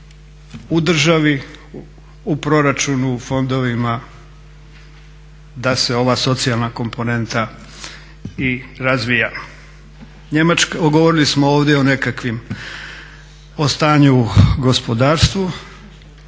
u državi, u proračunu, u fondovima da se ova socijalna komponenta i razvija. Govorili smo ovdje o nekakvim, o stanju u gospodarstvu,